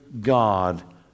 God